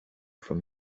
from